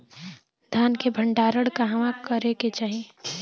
धान के भण्डारण कहवा करे के चाही?